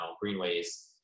greenways